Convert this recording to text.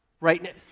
right